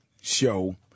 show